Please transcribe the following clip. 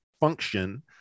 function